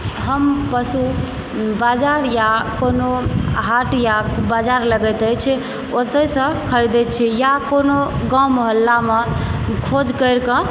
हम पशु बाजार या कोनो हाट या बाजार लगैत अछि ओतयसँ खरीदै छी या कोनो गाँव मुहल्लामे खोज करिकऽ